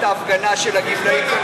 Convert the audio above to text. את ההפגנה של הגמלאים שם,